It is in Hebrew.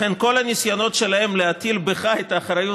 לכן כל הניסיונות שלהם להטיל בך את האחריות